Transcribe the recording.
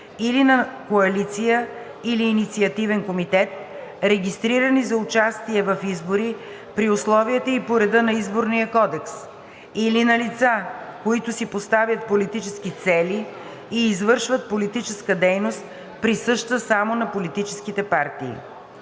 или на коалиция или инициативен комитет, регистрирани за участие в избори при условията и по реда на Изборния кодекс, или на лица, които си поставят политически цели и извършват политическа дейност, присъщи само на политическите партии.